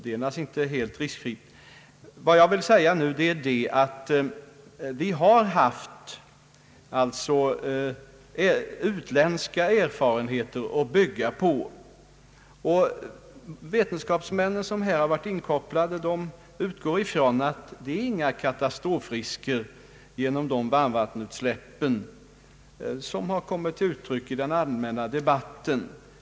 Det är naturligtvis inte helt riskfritt. Vad jag vill framhålla är att vi har utländska erfarenheter att bygga på. De vetenskapsmän som varit inkopplade på frågan utgår ifrån att inga katastrofrisker vållas genom de varmvattenutsläpp som har varit på tal i den allmänna debatten.'